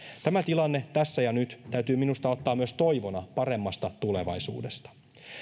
tämä tilanne tässä ja nyt täytyy minusta ottaa myös toivona paremmasta tulevaisuudesta